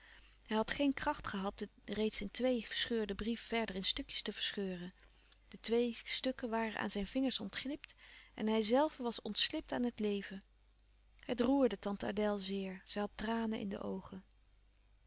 hij had geen kracht gehad den reeds in tweeën verscheurden brief verder in stukjes te verscheuren de twee stukken waren aan zijn vingers ontglipt en hijzelve was ontslipt aan het leven het roerde tante adèle zeer zij had tranen in de oogen